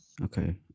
Okay